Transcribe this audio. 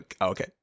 okay